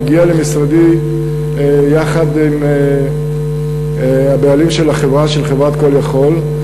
הגיע למשרדי יחד עם הבעלים של חברת "call יכול",